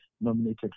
nominated